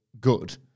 good